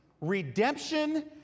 redemption